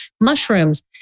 mushrooms